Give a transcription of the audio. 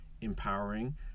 Empowering